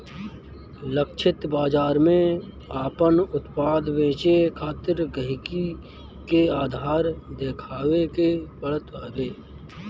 लक्षित बाजार में आपन उत्पाद बेचे खातिर गहकी के आधार देखावे के पड़त हवे